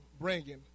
bringing